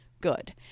good